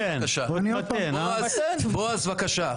בועז, בבקשה.